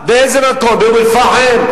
באיזה מקום, באום-אל-פחם?